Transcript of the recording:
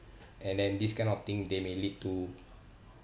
and then this kind of thing they may lead to